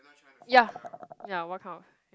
yeah yeah what kind of